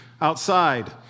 outside